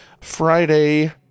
Friday